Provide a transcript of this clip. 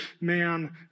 man